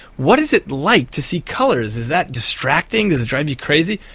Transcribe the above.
what is it like to see colours, is that distracting, does it drive you crazy?